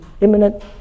imminent